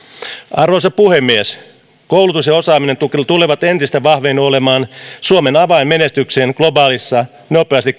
arvoisa puhemies koulutus ja osaaminen tulevat entistä vahvemmin olemaan suomen avain menestykseen globaalissa nopeasti